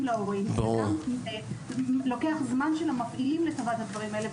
להורים וגם לוקח זמן של המפעילים לטובת הדברים האלה,